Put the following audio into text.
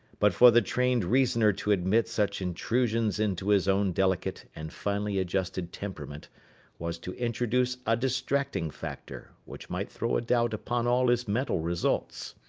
but for the trained reasoner to admit such intrusions into his own delicate and finely adjusted temperament was to introduce a distracting factor which might throw a doubt upon all his mental results.